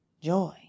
joy